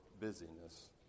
busyness